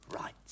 right